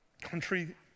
Country